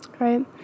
right